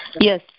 Yes